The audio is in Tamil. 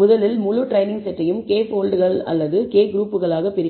முதலில் முழு ட்ரெய்னிங் செட்டையும் k போல்ட்கள் அல்லது k குரூப்களாக பிரிக்கிறோம்